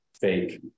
fake